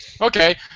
Okay